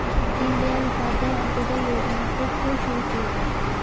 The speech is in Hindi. दीनदयाल उपाध्याय अंत्योदय योजना को क्यों शुरू किया गया?